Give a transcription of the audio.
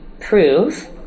prove